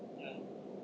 mm